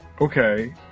Okay